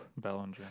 Bellinger